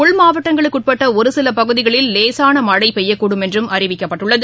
உள்மாவட்டங்களுக்குஉட்பட்டஒருசிலபகுதிகளில் லேசானமழைபயயக்கூடும் என்றம் அறிவிக்கப்பட்டுள்ளது